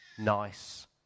Nice